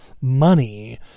money